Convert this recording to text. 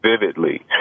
vividly